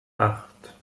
acht